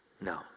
No